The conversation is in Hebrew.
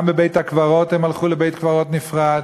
גם בבית-הקברות הם הלכו לבית-קברות נפרד,